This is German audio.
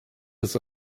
des